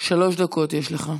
יש לך.